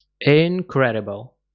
Incredible